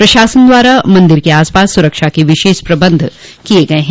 प्रशासन द्वारा मंदिर के आसपास सुरक्षा के विशेष प्रबंध किये गये हैं